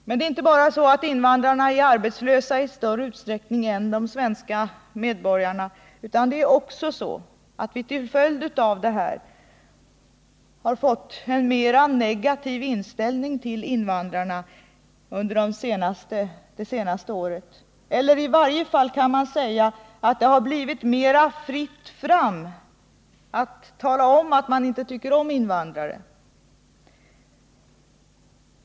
Men det är inte bara så att invandrarna är arbetslösa i större utsträckning än de svenska medborgarna, utan det är också så att vi till följd av detta har fått en mer negativ inställning till invandrarna under det senaste året. I varje fall kan man säga att det har blivit mer fritt fram att tala om att man inte tycker om invandrare.